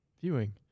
viewing